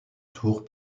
tours